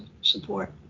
support